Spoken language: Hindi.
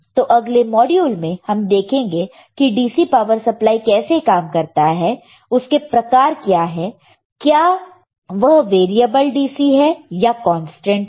तो अगले मॉड्यूल में हम देखेंगे कि DC पावर सप्लाई कैसे काम करता है उसके प्रकार किया है क्या वह वेरिएबल DC है या कांस्टेंट है